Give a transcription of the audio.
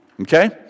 Okay